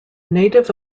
native